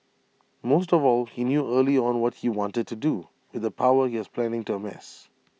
most of all he knew early on what he wanted to do with the power he was planning to amass